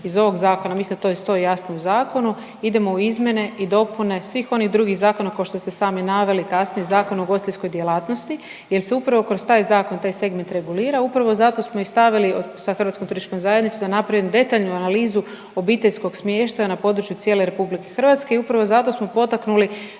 iz ovog Zakona, mislim da to i stoji jasno u zakonu, idemo u izmjene i dopune svih onih drugih zakona, kao što ste sami naveli kasnije, Zakona o ugostiteljskoj djelatnosti jer se upravo kroz taj Zakon taj segment regulira, upravo zato smo i stavili sa Hrvatskom turističkom zajednicom da napravimo detaljnu analizu obiteljskog smještaja na području cijele RH i upravo zato smo potaknuli